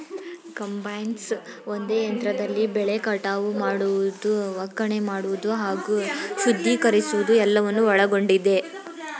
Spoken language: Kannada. ಕಂಬೈನ್ಸ್ ಒಂದೇ ಯಂತ್ರದಲ್ಲಿ ಬೆಳೆ ಕಟಾವು ಮಾಡುವುದು ಒಕ್ಕಣೆ ಮಾಡುವುದು ಹಾಗೂ ಶುದ್ಧೀಕರಿಸುವುದು ಎಲ್ಲವನ್ನು ಒಳಗೊಂಡಿದೆ